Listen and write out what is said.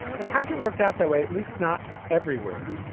it hasn't worked out that way, at least not everywhere.